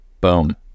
Boom